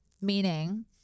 Meaning